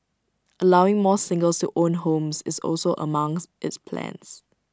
allowing more singles to own homes is also among its plans